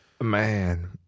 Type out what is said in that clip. Man